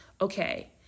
okay